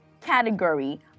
category